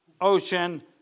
ocean